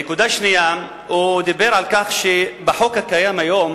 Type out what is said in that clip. נקודה שנייה, הוא דיבר על כך שבחוק הקיים היום